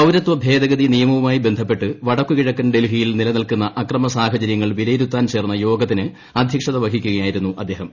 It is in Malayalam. പൌരത്വ ഭേദഗതി നിയമവുമായി ബന്ധപ്പെട്ട് വടക്ക് കിഴക്കൻ ഡൽഹിയിൽ നിലനിൽക്കുന്ന അക്രമ സാഹചര്യങ്ങൾ വിലയിരുത്താൻ ചേർന്ന യോഗത്തിന് അധ്യക്ഷത വഹിക്കുകയായിരുന്നു അദ്ദേഹം